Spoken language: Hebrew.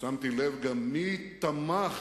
שמתי לב מי תמך